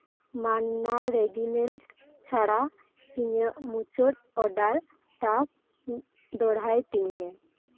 ᱢᱟᱱᱱᱟ ᱨᱮᱜᱤ ᱢᱟᱞᱴ ᱪᱷᱟᱲᱟ ᱤᱧᱟᱹᱜ ᱢᱩᱪᱟᱹᱫ ᱚᱨᱰᱟᱨ ᱴᱟᱜ ᱫᱚᱦᱚᱲᱟᱭ ᱛᱤᱧ ᱢᱮ